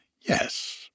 Yes